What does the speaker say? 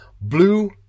blue